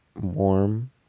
warm